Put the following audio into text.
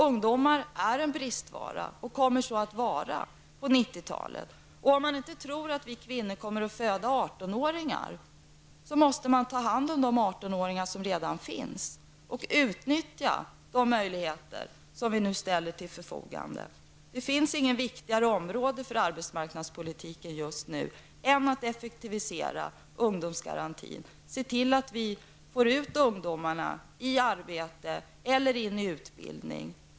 Ungdomar är en bristvara och kommer så att vara under 90-talet. Om man inte tror att vi kvinnor kommer att föda 18-åringar, måste man ta hand om de 18-åringar som redan finns och utnyttja de möjligheter som vi nu ställer till förfogande. Det finns ingen viktigare uppgift för arbetsmarknadspolitiken just nu än att effektivisera ungdomsgarantin och se till att vi får ut ungdomarna i arbete eller in i utbildning.